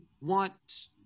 want